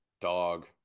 Dog